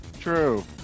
True